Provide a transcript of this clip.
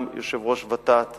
גם יושב-ראש ות"ת